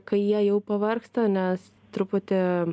kai jie jau pavargsta nes truputį